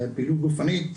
פעילות גופנית,